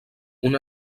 una